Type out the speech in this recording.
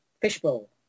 Fishbowl